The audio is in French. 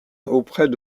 auprès